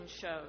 shows